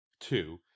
two